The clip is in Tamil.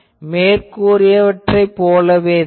மேற்கூறியவற்றைப் போலவேதான்